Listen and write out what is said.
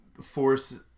Force